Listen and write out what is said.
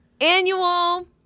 annual